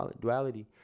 duality